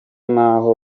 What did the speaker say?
naho